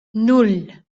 nan